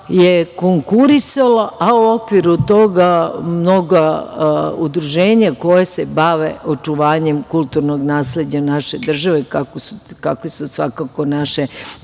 je konkurisalo, a u okviru toga mnoga udruženja koja se bave očuvanjem kulturnog nasleđa naše države, kakve su svakako naše